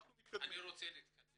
אני רוצה להתקדם.